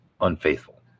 unfaithful